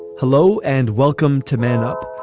hello and welcome to man up.